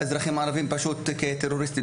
זאת התחושה שאנחנו מקבלים.